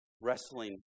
wrestling